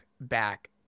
back